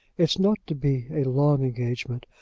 it's not to be a long engagement.